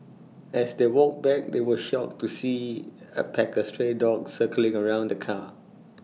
as they walked back they were shocked to see A pack of stray dogs circling around the car